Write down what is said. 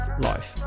life